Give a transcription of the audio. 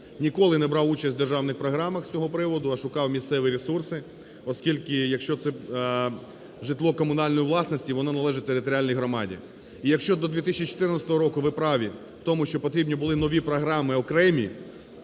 Ніколи не брав участь у державних програмах з цього приводу, а шукав місцеві ресурси, оскільки якщо це житло комунальної власності, воно належить територіальній громаді. І якщо до 2014 року, ви праві в тому, що потрібні були нові програми окремі,